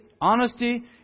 honesty